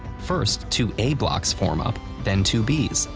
first two a blocks form up, then two b's,